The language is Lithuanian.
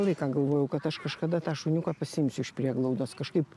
laiką galvojau kad aš kažkada tą šuniuką pasiimsiu iš prieglaudos kažkaip